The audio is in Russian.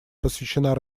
посвящена